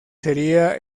sería